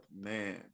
man